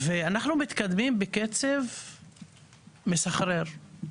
אנחנו מתקדמים בקצב מסחרר.